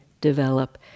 develop